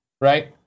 right